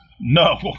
No